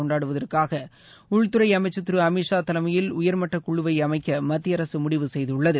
கொண்டாடுவதற்காக உள்துறை அமைச்சர் திரு அமித் ஷா தலைமையில் உயர்மட்ட குழுவை அமைக்க மத்திய அரசு முடிவு செய்துள்ளது